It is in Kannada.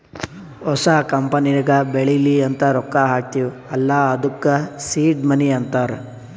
ಹೊಸ ಕಂಪನಿಗ ಬೆಳಿಲಿ ಅಂತ್ ರೊಕ್ಕಾ ಹಾಕ್ತೀವ್ ಅಲ್ಲಾ ಅದ್ದುಕ ಸೀಡ್ ಮನಿ ಅಂತಾರ